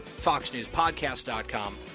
FoxNewsPodcast.com